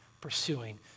pursuing